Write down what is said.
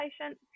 patient